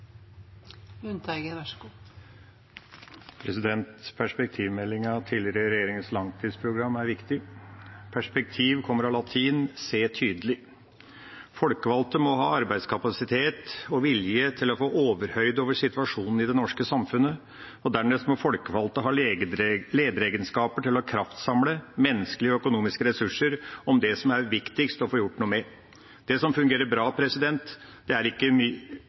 viktig. Perspektiv kommer av latin: se tydelig. Folkevalgte må ha arbeidskapasitet og vilje til å få overhøyde over situasjonen i det norske samfunnet, og dernest må folkevalgte ha lederegenskaper til å kraftsamle menneskelige og økonomiske ressurser om det som er viktigst å få gjort noe med. Det som fungerer bra, er det ikke noe vits i å bruke mye tid på. Altså: overhøyde og kraftsamle. For Senterpartiet er